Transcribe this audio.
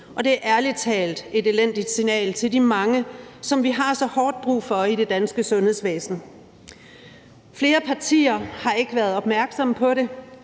og det er ærlig talt et elendigt signal til de mange, som vi har så hårdt brug for i det danske sundhedsvæsen. Flere partier har ikke været opmærksomme på det,